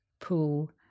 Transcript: pool